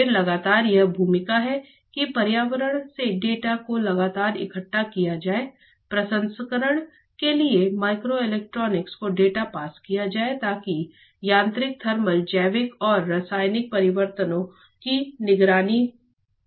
फिर लगातार यह भूमिका है कि पर्यावरण से डेटा को लगातार इकट्ठा किया जाए प्रसंस्करण के लिए माइक्रोइलेक्ट्रॉनिक को डेटा पास किया जाए ताकि यांत्रिक थर्मल जैविक और रासायनिक परिवर्तनों की निगरानी की जा सके